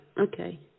Okay